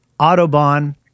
Autobahn